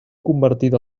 convertida